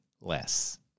less